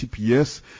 TPS